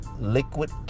liquid